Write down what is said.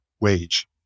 wage